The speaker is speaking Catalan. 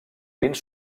vins